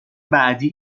بعدی